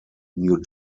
new